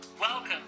Welcome